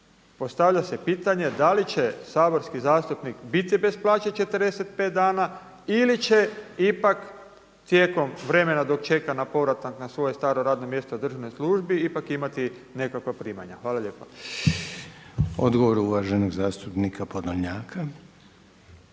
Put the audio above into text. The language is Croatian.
postavlja se pitanje, da li će saborski zastupnik biti bez plaće 45 dana ili će ipak tijekom vremena dok čeka na povratak na svoje staro radno mjesto u državnoj službi ipak imati nekakva primanja? Hvala lijepa. **Reiner, Željko